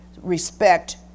respect